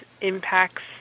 impacts